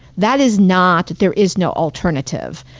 that is not, there is no alternative.